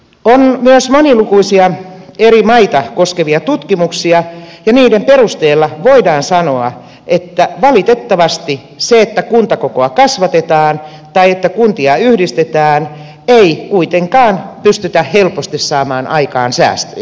on myös monilukuisia eri maita koskevia tutkimuksia ja niiden perusteella voidaan sanoa että valitettavasti sillä että kuntakokoa kasvatetaan tai että kuntia yhdistetään ei kuitenkaan pystytä helposti saamaan aikaan säästöjä